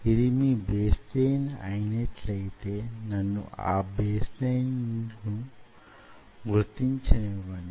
ఇది మీ baseline అయినట్లయితే నన్ను ఆ బేస్ లైన్ ను గుర్తించ నివ్వండి